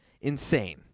insane